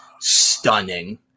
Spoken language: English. stunning